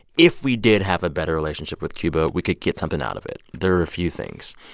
if we did have a better relationship with cuba, we could get something out of it. there are a few things.